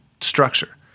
structure